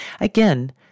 Again